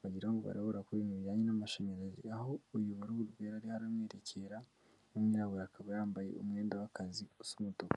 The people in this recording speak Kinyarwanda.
bagirango barabura kuri ibijyanye n'amashanyarazi, aho uyu wa ruhurwera ariho aramwerekera, uw'umwirabura akaba yambaye umwenda w'akazi usa umutuku.